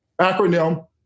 acronym